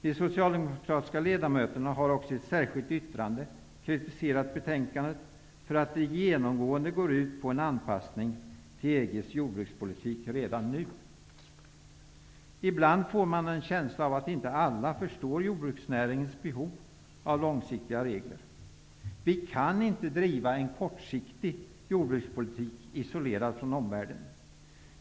De socialdemokratiska ledamöterna har också i ett särskilt yttrande kritiserat betänkandet för att det genomgående går ut på en anpassning till EG:s jordbrukspolitik redan nu. Ibland får man en känsla av att inte alla förstår jordbruksnäringens behov av långsiktiga regler. Vi kan inte driva en kortsiktig jordbrukspolitik isolerad från omvärlden.